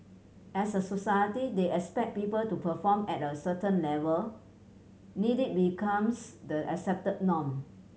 as a society they expect people to perform at a certain level need it becomes the accepted norm